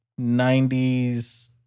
90s